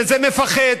שזה מפחד,